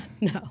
No